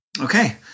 Okay